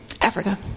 Africa